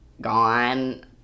gone